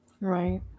Right